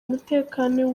umutekano